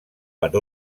per